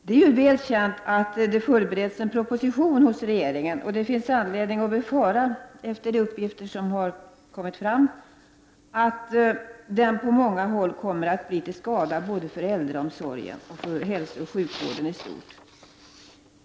Det är ju väl känt att regeringen förbereder en proposition, och det finns anledning att med hänsyn till de uppgifter som lämnats befara att den på många håll kommer att bli till skada både för äldreomsorgen och för hälsooch sjukvården i stort.